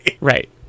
Right